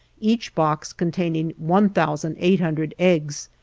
each box containing one thousand eight hundred eggs,